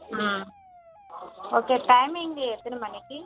ம் okay timing எத்தனை மணிக்கு